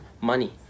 money